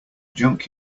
junk